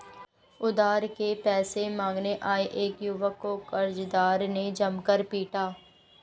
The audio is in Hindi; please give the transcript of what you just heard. उधार के पैसे मांगने आये एक युवक को कर्जदार ने जमकर पीटा